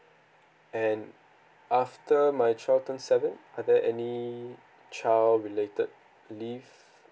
and after my child turns seven are there any child related leave